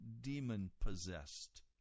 demon-possessed